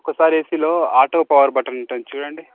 ఒకసారి ఏసీలో auto power button ఉంటుంది చూడండి